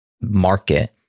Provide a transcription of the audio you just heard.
market